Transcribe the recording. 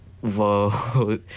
whoa